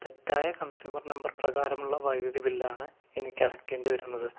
തെറ്റായ consumer number പ്രകാരമുള്ള വൈദ്യുതി ബില്ലാണ് എനിക്കടയ്ക്കേണ്ടിവരുന്നത്